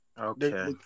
Okay